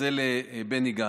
וזה בני גנץ.